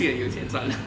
and 有钱赚